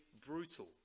brutal